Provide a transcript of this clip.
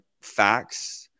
facts